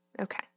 Okay